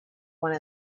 one